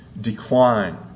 decline